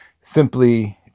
simply